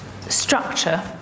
structure